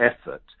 effort